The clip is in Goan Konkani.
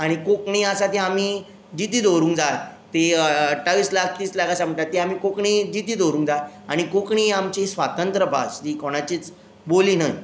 कोंकणी आसा ती आमी जिती दवरूंक जाय ती अठ्ठावीस लाख तीस लाख आसा म्हणटा ती आमी कोंकणी जिती दवरूंक जाय कोंकणी आमची स्वातंत्र भास ती कोणाचीच बोली न्हय